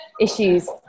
issues